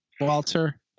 Walter